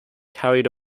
include